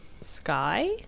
sky